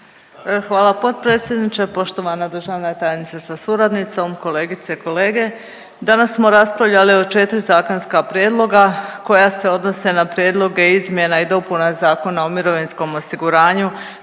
Hvala potpredsjedniče, poštovana državna tajnice sa suradnicom, kolegice i kolege. Danas smo raspravljali o 4 zakonska prijedloga koja se odnose na prijedloge izmjena i dopuna zakona o mirovinskom osiguranju